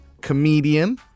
Comedian